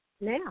now